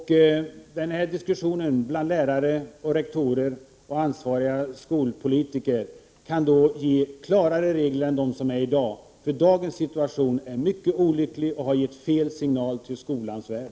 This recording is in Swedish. Denna diskussion bland lärare, rektorer och ansvariga skolpolitiker kan då ge klarare regler än dem som gäller i dag. Dagens situation är mycket olycklig och har gett fel signal till skolans värld.